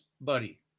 buddy